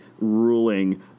ruling